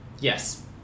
Yes